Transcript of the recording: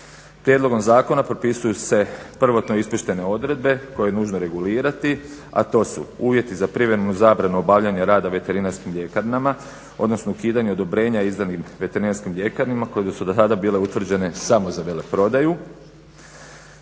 Prijedlogom zakona propisuju se prvotno ispuštene odredbe koje je nužno regulirati, a to su uvjeti za privremenu zabranu obavljanja rada veterinarskim ljekarnama, odnosno ukidanje odobrenja izdanim veterinarskim ljekarnama koje su do sada bile utvrđene samo za veleprodaju,